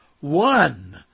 one